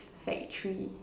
factory